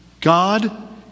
God